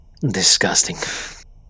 Disgusting